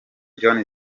john